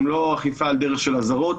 גם לא אכיפה על דרך של האזהרות,